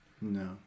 No